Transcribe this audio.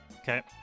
Okay